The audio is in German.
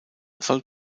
soll